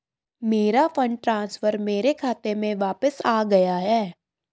मेरा fund transfer मेरे खाते में वापस आ गया है